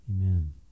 Amen